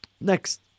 Next